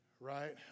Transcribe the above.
Right